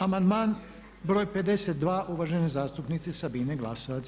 Amandman br. 52. uvažene zastupnice Sabine Glasovac.